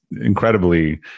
incredibly